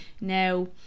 now